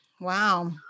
Wow